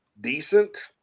decent